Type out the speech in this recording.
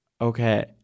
Okay